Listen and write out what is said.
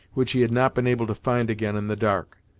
which he had not been able to find again in the dark.